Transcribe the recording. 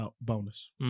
bonus